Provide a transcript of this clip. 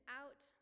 out